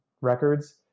records